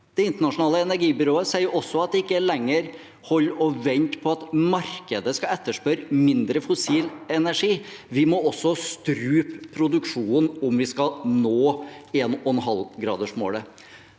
Det internasjonale energibyrået sier også at det ikke lenger holder å vente på at markedet skal etterspørre mindre fossil energi, vi må også strupe produksjonen om vi skal nå 1,5-gradersmålet.